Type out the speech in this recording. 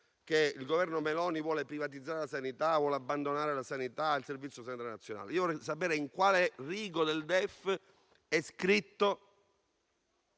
cui il Governo Meloni vuole privatizzare la sanità e abbandonare la sanità e il Servizio sanitario nazionale. Vorrei sapere in quale rigo del DEF è scritto